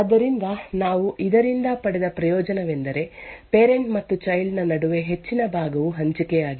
ಆದ್ದರಿಂದ ನಾವು ಇದರಿಂದ ಪಡೆದ ಪ್ರಯೋಜನವೆಂದರೆ ಪೇರೆಂಟ್ ಮತ್ತು ಚೈಲ್ಡ್ ನ ನಡುವೆ ಹೆಚ್ಚಿನ ಭಾಗವು ಹಂಚಿಕೆಯಾಗಿದೆ